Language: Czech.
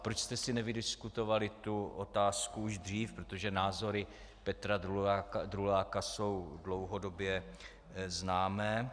Proč jste si nevydiskutovali tu otázku už dřív, protože názory Petra Druláka jsou dlouhodobě známé?